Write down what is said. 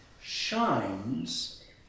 shines